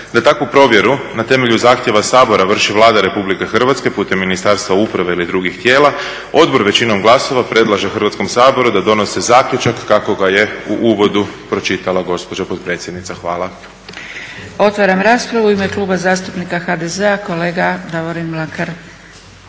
da takvu provjeru na temelju zahtjeva Sabora vrši Vlada Republike Hrvatske putem Ministarstva uprave ili drugih tijela Odbor većinom glasova predlaže Hrvatskom saboru da donese zaključak kako ga je u uvodu pročitala gospođa potpredsjednica. Hvala. **Zgrebec, Dragica (SDP)** Otvaram raspravu. U ime Kluba zastupnika HDZ-a kolega Davorin Mlakar.